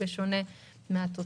בשונה מן התוצר.